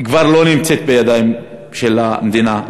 כבר לא נמצאת בידיים של המדינה,